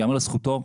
ייאמר לזכותו,